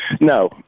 no